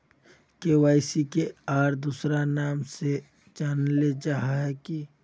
KYC के आर दोसरा नाम से जानले जाहा है की?